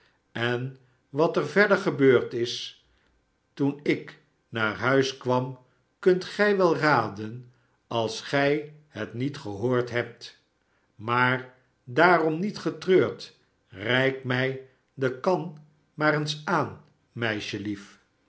en wat er gebeurd is toen ik thuis kwam kunt gij wel raden als gij het niet gehoord hebt maar daarom niet getreurd reik mij de kan maar eens aan meisjelief